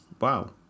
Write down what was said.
wow